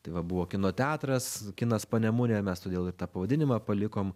tai va buvo kino teatras kinas panemunė mes todėl ir tą pavadinimą palikom